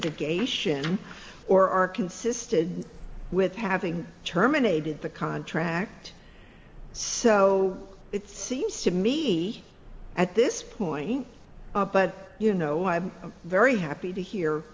mitigation or are consistent with having terminated the contract so it seems to me at this point but you know i'm very happy to hear